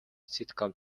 sitcom